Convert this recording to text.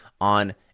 on